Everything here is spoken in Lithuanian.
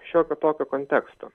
šiokio tokio konteksto